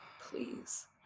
Please